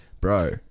bro